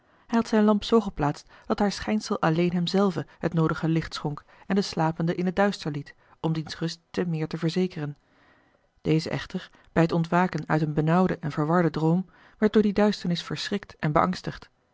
had zijne lamp zoo geplaatst dat haar schijnsel alleen hem zelven het noodige licht schonk en den slapende in het duister liet om diens rust te meer te verzekeren deze echter bij t ontwaken uit een benauwden en verwarden droom werd door die duisternis verschrikt en beangstigd